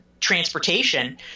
transportation